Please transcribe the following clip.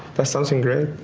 that's something great.